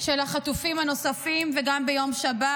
מחר של החטופים הנוספים וגם ביום שבת.